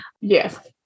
yes